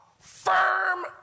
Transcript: firm